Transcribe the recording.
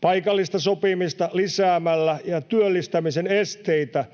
Paikallista sopimista lisäämällä ja työllistämisen esteitä